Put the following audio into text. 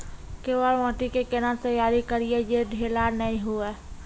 केवाल माटी के कैना तैयारी करिए जे ढेला नैय हुए?